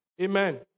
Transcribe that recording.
Amen